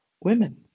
women